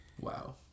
Wow